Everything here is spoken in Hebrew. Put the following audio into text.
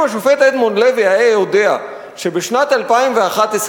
אם השופט אדמונד לוי היה יודע שבשנת 2011,